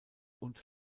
und